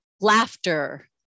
laughter